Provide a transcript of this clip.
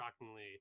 shockingly